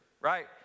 right